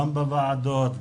גם בוועדות,